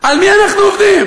על מי אנחנו עובדים?